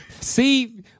See